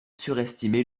surestimé